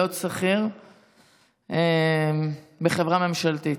להיות שכיר בחברה ממשלתית.